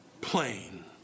plain